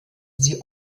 sie